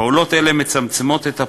פעולות אלה מצמצמות את הפער,